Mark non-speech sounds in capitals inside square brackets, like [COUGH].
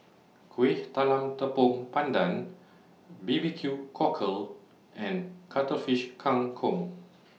Kuih Talam Tepong Pandan B B Q Cockle and Cuttlefish Kang Kong [NOISE]